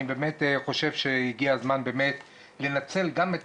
אני באמת חושב שהגיע הזמן לנצל גם את